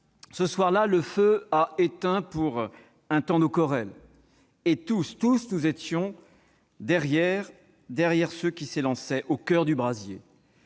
Ce soir-là, le feu a éteint pour un temps nos querelles, et tous nous étions derrière ceux qui s'élançaient au coeur du brasier,